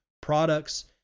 products